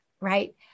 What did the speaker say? right